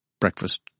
breakfast